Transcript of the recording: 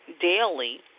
daily